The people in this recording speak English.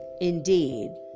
indeed